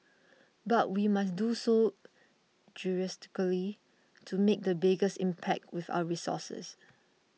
but we must do so judiciously to make the biggest impact with our resources